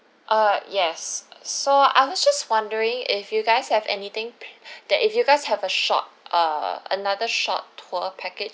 uh yes so I was just wondering if you guys have anything p~ that if you guys have a short err another short tour package